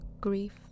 Grief